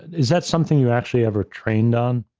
is that something you actually ever trained on?